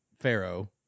pharaoh